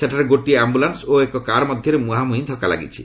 ସେଠାରେ ଗୋଟିଏ ଆୟୁଲାନ୍ ଓ ଏକ କାର୍ ମଧ୍ୟରେ ମୁହାଁମୁହିଁ ଧକ୍କା ଲାଗିଛି